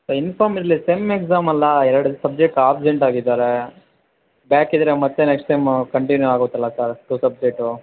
sir inform ಇರಲಿ sem ಎಕ್ಸಾಮಲ್ಲ ಎರಡು ಸಬ್ಜೆಕ್ಟ್ ಆಬ್ಸೆಂಟ್ ಆಗಿದ್ದಾರೆ ಬ್ಯಾಕಿದ್ದರೆ ಮತ್ತೆ ನೆಕ್ಸ್ಟ್ ಟೈಮು ಕಂಟಿನ್ಯೂ ಆಗುತ್ತಲ್ಲ ಸರ್ ಟು ಸಬ್ಜೆಕ್ಟು